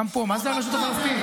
גם פה, מה זה "הרשות הפלסטינית"?